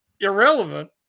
irrelevant